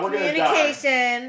Communication